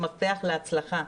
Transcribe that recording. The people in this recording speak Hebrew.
המפתח להצלחה,